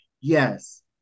yes